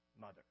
mother